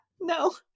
No